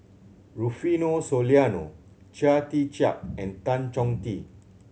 Rufino Soliano Chia Tee Chiak and Tan Chong Tee